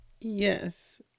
Yes